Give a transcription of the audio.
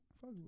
Fuck